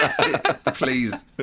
please